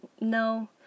No